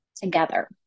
together